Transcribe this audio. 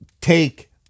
take